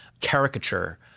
caricature